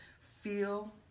feel